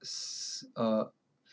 s~ uh